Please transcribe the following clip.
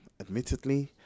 Admittedly